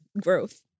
Growth